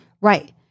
Right